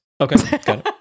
Okay